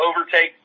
overtake